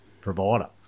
Provider